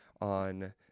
on